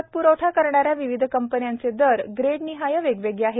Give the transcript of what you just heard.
खत प्रवठा करणाऱ्या विविध कंपन्यांचे दर ग्रेडनिहाय वेगवेगळे आहेत